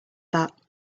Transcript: that